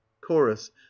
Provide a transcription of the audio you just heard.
chorus